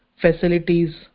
facilities